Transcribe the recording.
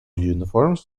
uniforms